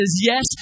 yes